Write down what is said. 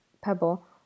pebble